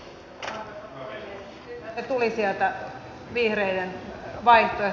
lisää velkaa vain